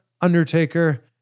Undertaker